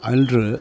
அன்று